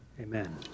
Amen